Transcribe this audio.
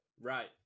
Right